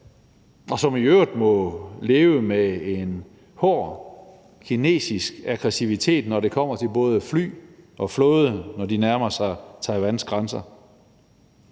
som i øvrigt må leve med en hård kinesisk aggressivitet, når det kommer til både fly og flåde, når de nærmer sig Taiwans grænser.